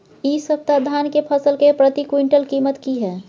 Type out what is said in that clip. इ सप्ताह धान के फसल के प्रति क्विंटल कीमत की हय?